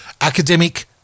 academic